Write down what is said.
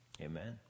Amen